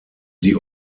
die